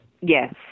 Yes